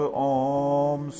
om